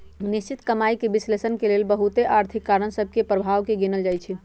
निश्चित कमाइके विश्लेषण के लेल बहुते आर्थिक कारण सभ के प्रभाव के गिनल जाइ छइ